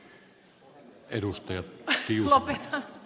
arvoisa puhemies